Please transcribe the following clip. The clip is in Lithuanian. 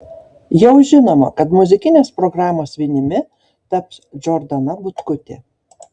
jau žinoma kad muzikinės programos vinimi taps džordana butkutė